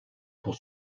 pour